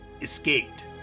escaped